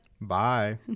Bye